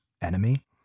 enemy